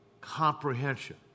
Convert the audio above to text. comprehension